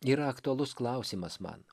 yra aktualus klausimas man